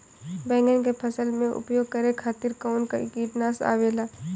बैंगन के फसल में उपयोग करे खातिर कउन कीटनाशक आवेला?